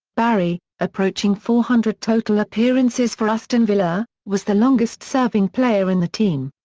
barry, approaching four hundred total appearances for aston villa, was the longest serving player in the team.